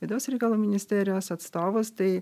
vidaus reikalų ministerijos atstovus tai